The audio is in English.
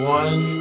one